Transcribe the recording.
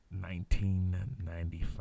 1995